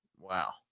Wow